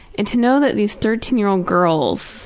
and to know that these thirteen year old girls